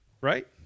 Right